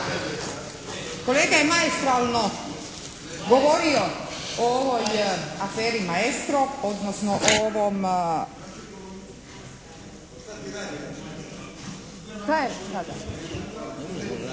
kolega je maestralno govorio o ovoj aferi "Maestro", odnosno o ovom